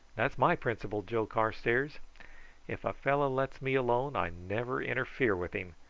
that's my principle, joe carstairs if a fellow lets me alone i never interfere with him,